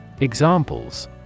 Examples